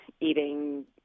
eating